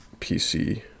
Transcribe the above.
PC